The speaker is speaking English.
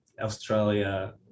Australia